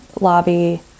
lobby